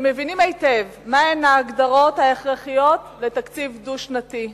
ומבינים היטב מהן ההגדרות ההכרחיות לתקציב דו-שנתי.